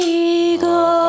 eagle